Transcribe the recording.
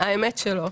האמת, לא.